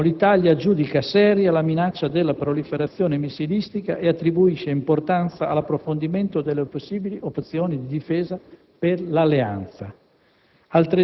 l'Italia giudica seria la minaccia della proliferazione missilistica e attribuisce importanza all'approfondimento delle possibili opzioni di difesa per l'Alleanza.